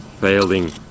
failing